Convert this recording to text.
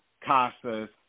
Casas